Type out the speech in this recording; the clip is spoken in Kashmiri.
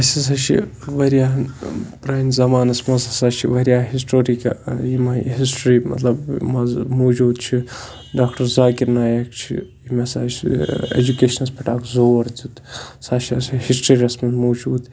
اَسہِ ہسا چھِ واریاہَن پرٛانہِ زمانَس منٛز ہَسا چھِ واریاہ ہِسٹورِک یِمَے ہِسٹِرٛی مطلب منٛزٕ موٗجوٗد چھِ ڈاکٹر ذاکِر نایک چھِ ییٚمہِ ہَسا اَسہِ یہِ اٮ۪جُکیشنَس پٮ۪ٹھ اَکھ زور دیُت سُہ ہا چھِ اَسہِ ہِسٹٕریَس منٛز موجوٗد